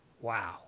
Wow